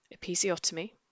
Episiotomy